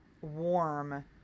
warm